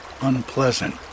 unpleasant